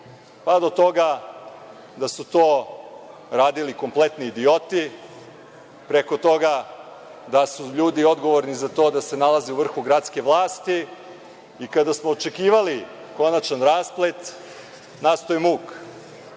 pa do toga da su to radili kompletni idioti, preko toga da se ljudi odgovorni za to nalaze u vrhu gradske vlasti. Kada smo očekivali konačan rasplet, nastao je muk.